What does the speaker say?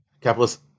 capitalist